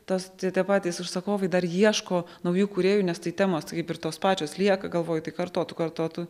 tas tie tie patys užsakovai dar ieško naujų kūrėjų nes tai temos tai kaip ir tos pačios lieka galvoju tai kartotų kartotų